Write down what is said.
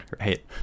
right